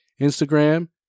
Instagram